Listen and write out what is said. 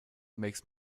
makes